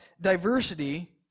diversity